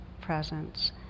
presence